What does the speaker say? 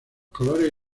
colores